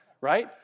Right